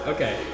Okay